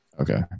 okay